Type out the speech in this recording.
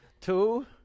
Two